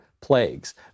plagues